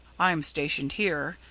i'm stationed here,